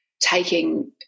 taking